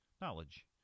knowledge